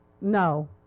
No